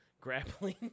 grappling